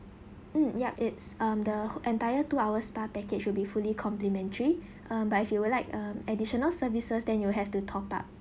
mm yup it's um the entire two hour spa package will be fully complementary um but if you would like um additional services then you have to top up